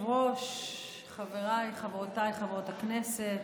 אדוני היושב-ראש, חבריי וחברותיי חברות הכנסת,